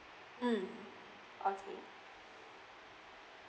mm okay